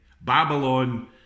Babylon